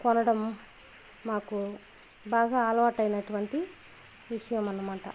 కొనడం మాకు బాగా అలవాటు అయినటువంటి విషయం అనమాట